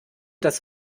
das